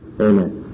Amen